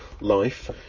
life